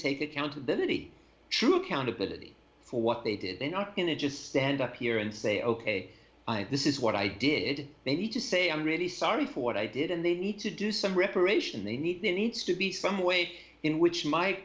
take accountability true accountability for what they did they not going to just stand up here and say ok i this is what i did maybe to say i'm really sorry for what i did and they need to do some reparation they need to needs to be some way in which my